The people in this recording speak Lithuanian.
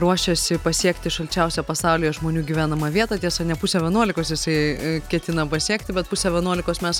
ruošiasi pasiekti šalčiausią pasaulyje žmonių gyvenamą vietą tiesa ne pusę vienuolikos jisai ketina pasiekti bet pusę vienuolikos mes